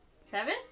Seven